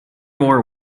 more